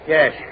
Yes